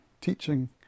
teaching